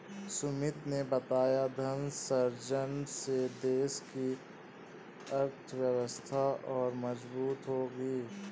सुमित ने बताया धन सृजन से देश की अर्थव्यवस्था और मजबूत होगी